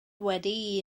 wedi